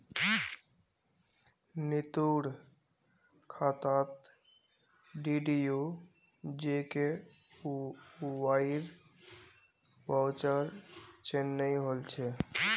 नीतूर खातात डीडीयू जीकेवाईर वाउचर चनई होल छ